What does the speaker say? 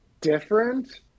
different